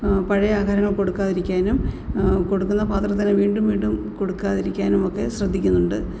പഴയ ആഹാരങ്ങൾ കൊടുക്കാതിരിക്കാനും കൊടുക്കുന്ന പാത്രത്തിൽ തന്നെ വീണ്ടും വീണ്ടും കൊടുക്കാതിരിക്കാനുമൊക്കെ ശ്രദ്ധിക്കുന്നുണ്ട്